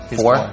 four